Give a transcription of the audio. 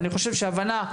ואני חושב שההבנה,